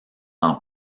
dans